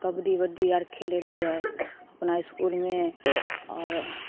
कबड्डी बडी आर खेलै रहियै अपना इसकुलमे आओर